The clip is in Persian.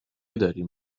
داریم